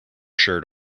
shirt